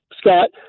Scott